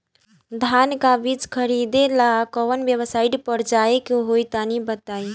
धान का बीज खरीदे ला काउन वेबसाइट पर जाए के होई तनि बताई?